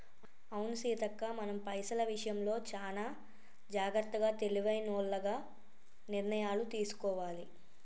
అవును సీతక్క మనం పైసల విషయంలో చానా జాగ్రత్తగా తెలివైనోల్లగ నిర్ణయాలు తీసుకోవాలి